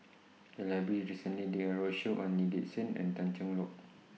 The Library recently did A roadshow on Lee Gek Seng and Tan Cheng Lock